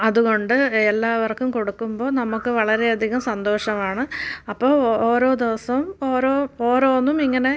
അതുകൊണ്ട് എല്ലാവർക്കും കൊടുക്കുമ്പം നമുക്ക് വളരെ അധികം സന്തോഷമാണ് അപ്പോൾ ഓരോ ദിവസം ഓരോ ഓരോന്നും ഇങ്ങനെ